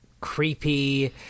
creepy